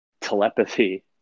telepathy